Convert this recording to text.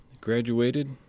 graduated